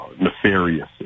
nefarious